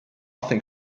think